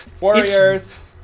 Warriors